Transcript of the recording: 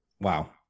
wow